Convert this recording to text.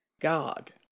God